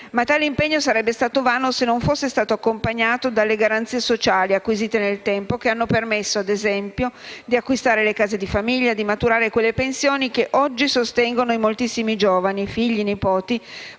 Ma tale impegno sarebbe stato vano se non fosse stato accompagnato dalle garanzie sociali, acquisite nel tempo, che hanno permesso - ad esempio - di acquistare le case di famiglia e di maturare quelle pensioni che oggi sostengono moltissimi giovani, figli e nipoti,